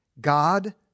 God